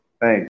Thanks